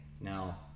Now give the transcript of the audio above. now